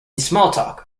smalltalk